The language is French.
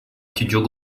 studios